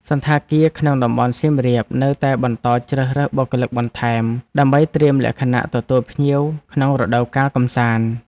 សណ្ឋាគារក្នុងតំបន់សៀមរាបនៅតែបន្តជ្រើសរើសបុគ្គលិកបន្ថែម ដើម្បីត្រៀមលក្ខណៈទទួលភ្ញៀវក្នុងរដូវកាលកំសាន្ត។